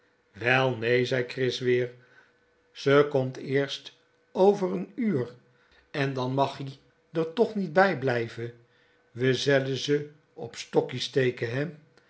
nee zei chris weer ze komt eerst over n uur en dan mag ie r toch niet bijblijve we zelle ze op stokkies steke